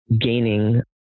gaining